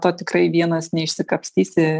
to tikrai vienas neišsikapstysi